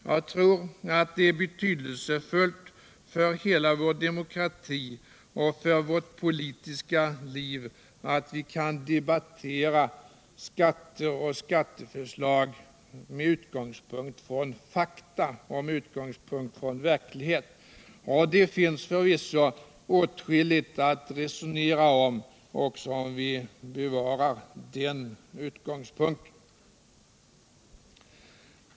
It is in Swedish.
Jag tror att det är betydelsefullt för hela vår demokrati och för vårt politiska liv att vi kan debattera skatter och skatteförslag med utgångspunkt i fakta och verklighet. Det finns förvisso åtskilligt att resonera om, även om vi håller fast vid den utgångspunkten.